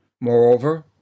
Moreover